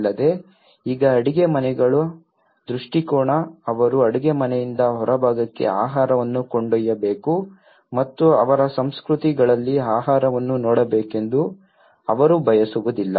ಅಲ್ಲದೆ ಈಗ ಅಡಿಗೆಮನೆಗಳ ದೃಷ್ಟಿಕೋನ ಅವರು ಅಡುಗೆಮನೆಯಿಂದ ಹೊರಭಾಗಕ್ಕೆ ಆಹಾರವನ್ನು ಕೊಂಡೊಯ್ಯಬೇಕು ಮತ್ತು ಅವರ ಸಂಸ್ಕೃತಿಗಳಲ್ಲಿ ಆಹಾರವನ್ನು ನೋಡಬೇಕೆಂದು ಅವರು ಬಯಸುವುದಿಲ್ಲ